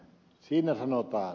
siinä sanotaan